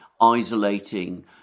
isolating